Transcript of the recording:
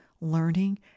learning